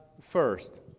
first